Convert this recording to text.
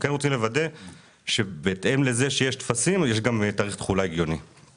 אנחנו רוצים לוודא שתאריך התחולה יהיה הגיוני ביחס לטפסים.